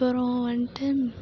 அப்பறம் வந்துட்டு